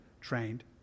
trained